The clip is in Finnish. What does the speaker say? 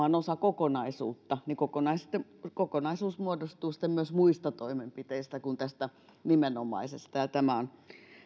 on osa kokonaisuutta niin kokonaisuus muodostuu sitten myös muista toimenpiteistä kuin tästä nimenomaisesta tämä on